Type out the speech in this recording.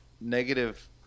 negative